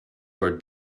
for